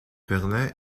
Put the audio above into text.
berlin